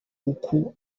uku